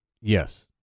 Yes